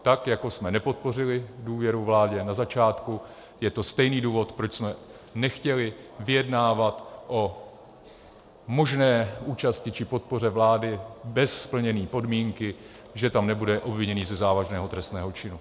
Tak jako jsme nepodpořili důvěru vládě na začátku, je to stejný důvod, proč jsme nechtěli vyjednávat o možné účasti či podpoře vlády bez splnění podmínky, že tam nebude obviněný ze závažného trestného činu.